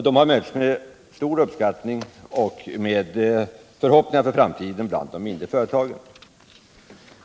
De har mötts med stor uppskattning och med förhoppningar för framtiden bland de mindre företagen.